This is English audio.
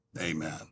amen